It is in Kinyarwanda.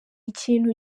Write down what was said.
ikintu